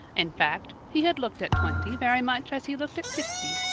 in fact, he had looked at twenty very much as he looked at sixty,